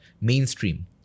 mainstream